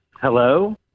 Hello